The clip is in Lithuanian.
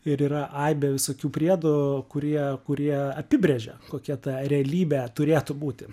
ir yra aibė visokių priedų kurie kurie apibrėžia kokia ta realybė turėtų būti